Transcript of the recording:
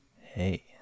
hey